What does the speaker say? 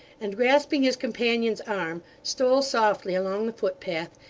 and grasping his companion's arm, stole softly along the footpath,